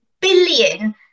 billion